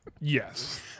Yes